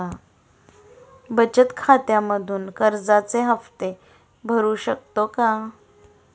बचत खात्यामधून कर्जाचे हफ्ते भरू शकतो का?